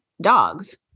dogs